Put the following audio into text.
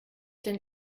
denn